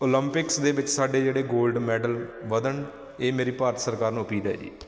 Olympics ਦੇ ਵਿੱਚ ਸਾਡੇ ਜਿਹੜੇ ਗੋਲਡ ਮੈਡਲ ਵਧਣ ਇਹ ਮੇਰੀ ਭਾਰਤ ਸਰਕਾਰ ਨੂੰ ਅਪੀਲ ਹੈ ਜੀ